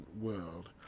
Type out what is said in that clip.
world